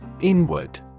Inward